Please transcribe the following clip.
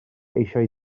eisiau